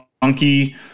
funky